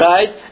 Right